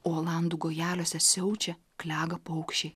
o olandų gojeliuose siaučia klega paukščiai